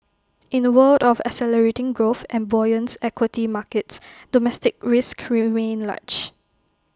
in A world of accelerating growth and buoyant equity markets domestic risks remain large